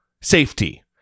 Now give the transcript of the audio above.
safety